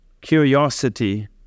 Curiosity